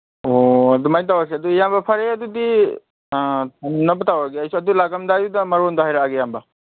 ꯑꯣ ꯑꯗꯨꯃꯥꯏ ꯇꯧꯔꯁꯤ ꯑꯨ ꯏꯌꯥꯝꯕ ꯐꯔꯦ ꯑꯗꯨꯗꯤ ꯑ ꯊꯝꯅꯕ ꯇꯧꯔꯒꯦ ꯑꯩꯁꯨ ꯂꯥꯛꯑꯝꯗꯥꯏꯗꯨꯗ ꯃꯔꯣꯜꯗꯣ ꯍꯥꯏꯔꯛꯑꯒꯦ ꯏꯌꯥꯝꯕ